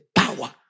power